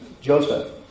Joseph